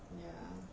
ya